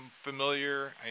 familiar